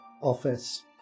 office